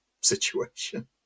situation